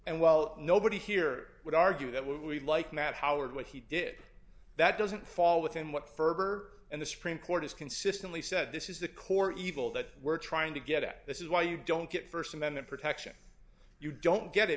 and well nobody here would argue that we like matt howard what he did that doesn't fall within what ferber and the supreme court has consistently said this is the core evil that we're trying to get at this is why you don't get st amendment protection you don't get it